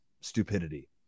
stupidity